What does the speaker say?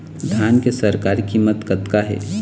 धान के सरकारी कीमत कतका हे?